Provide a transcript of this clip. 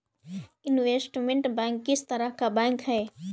Investment bank किस तरह का बैंक है?